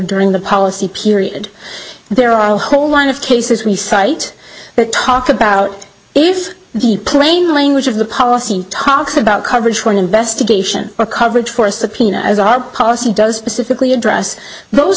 during the policy period there are a whole lot of cases we cite that talk about if the plain language of the policy talks about coverage for an investigation or coverage for a subpoena as our policy does pacifically address those